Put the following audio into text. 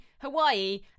Hawaii